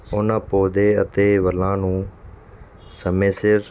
ਉਨ੍ਹਾਂ ਪੌਦੇ ਅਤੇ ਵੇਲਾਂ ਨੂੰ ਸਮੇਂ ਸਿਰ